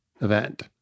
event